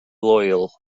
loyal